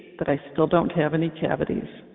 that i still don't have any cavities.